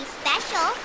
special